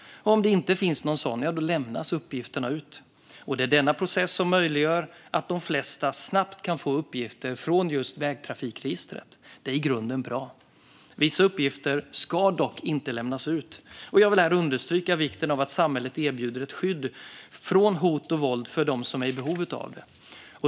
Om det inte finns någon sådan lämnas uppgifterna ut. Det är denna process som möjliggör att de flesta snabbt kan få uppgifter från just vägtrafikregistret. Det är i grunden bra. Vissa uppgifter ska dock inte lämnas ut. Jag vill här understryka vikten av att samhället erbjuder ett skydd mot hot och våld för dem som är i behov av det.